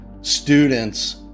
students